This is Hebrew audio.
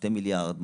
2 מיליארד,